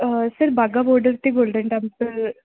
sir Wagah border ਅਤੇ Golden temple